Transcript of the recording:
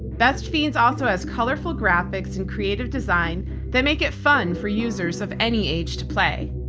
best fiends also has colorful graphics and creative design that make it fun for users of any age to play.